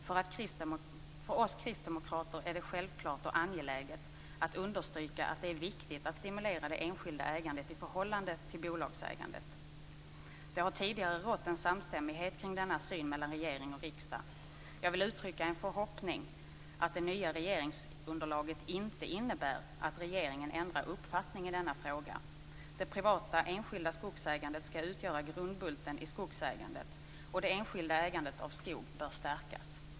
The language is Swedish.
För oss kristdemokrater är det självklart och angeläget att understryka att det är viktigt att stimulera det enskilda ägandet i förhållande till bolagsägandet. Det har tidigare rått en samstämmighet kring denna syn mellan regering och riksdag. Jag vill uttrycka en förhoppning att det nya regeringsunderlaget inte innebär att regeringen ändrar uppfattning i denna fråga. Det privata enskilda skogsägandet skall utgöra grundbulten i skogsägandet, och det enskilda ägandet av skog bör stärkas.